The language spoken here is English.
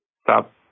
stop